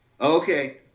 okay